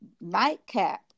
Nightcap